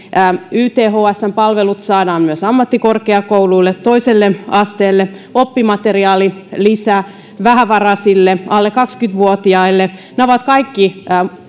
ythsn palvelut saadaan myös ammattikorkeakouluille toiselle asteelle oppimateriaalilisä vähävaraisille alle kaksikymmentä vuotiaille nämä kaikki ovat